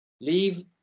leave